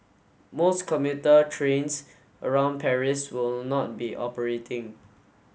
most commuter trains around Paris will not be operating